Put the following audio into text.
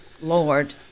Lord